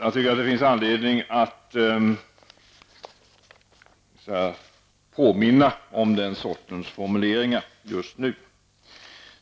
Det finns anledning att just nu erinra om den sortens formuleringar.